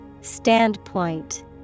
Standpoint